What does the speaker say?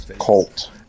cult